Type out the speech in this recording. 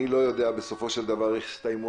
אני לא יודע בסופו של דבר איך יסתיימו